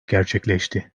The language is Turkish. gerçekleşti